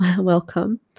welcome